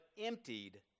emptied